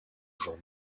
jour